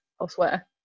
elsewhere